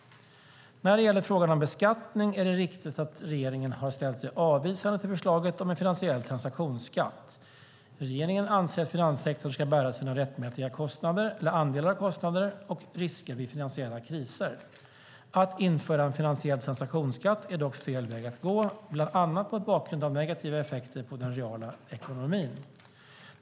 När det gäller frågan om beskattning är det riktigt att regeringen har ställt sig avvisande till förslaget om en finansiell transaktionsskatt. Regeringen anser att finanssektorn ska bära sin rättmätiga andel av kostnader och risker vid finansiella kriser. Att införa en finansiell transaktionsskatt är dock fel väg att gå, bland annat mot bakgrund av negativa effekter på den reala ekonomin.